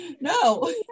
no